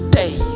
day